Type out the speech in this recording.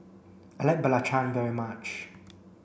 I like Belacan very much